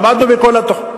עמדנו בכל התוכניות,